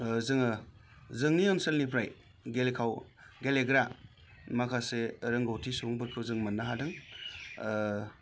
जोङो जोंनि ओनसोलनिफ्राय गेलेखाव गेलेग्रा माखासे रोंगौथि सुबुंफोरखौ जों मोननो हादों